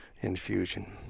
infusion